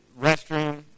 restroom—